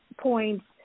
points